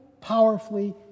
powerfully